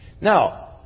Now